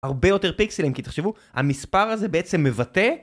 הרבה יותר פיקסלים בעצם, כי תחשבו, המספר הזה בעצם מבטא